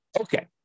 Okay